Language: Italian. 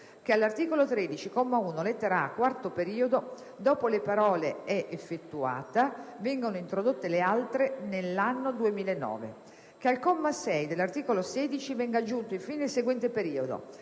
che all'articolo 13, comma 1, lettera *a),* quarto periodo, dopo le parole: «è effettuata» vengano introdotte le altre: «nell'anno 2009»; - che al comma 6 dell'articolo 16 venga aggiunto in fine il seguente periodo: